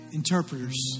interpreters